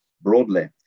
broadly